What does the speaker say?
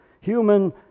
human